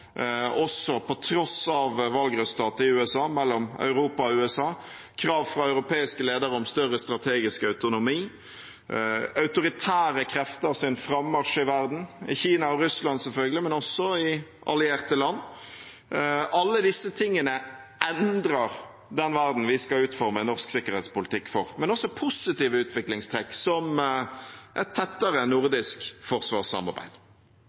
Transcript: også på tross av valgresultatet i USA – mellom Europa og USA, krav fra europeiske ledere om større strategisk autonomi og autoritære krefters frammarsj i verden, i Kina og Russland selvfølgelig, men også i allierte land. Alle disse tingene endrer den verden vi skal utforme en norsk sikkerhetspolitikk for. Men det er også positive utviklingstrekk, som et tettere nordisk forsvarssamarbeid.